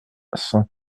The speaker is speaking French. cent